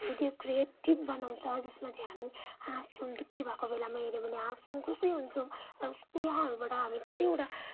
त्यो क्रिएटिभ बनाउँछ जसमा चाहिँ हामी हाँस्छौँ दुःखी भएको बेलामा हेर्यौँ भने हाँस्छौँ खुसी हुन्छौँ उस उहाँहरूबाट हामी कतिवटा